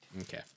Okay